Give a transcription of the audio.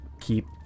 keep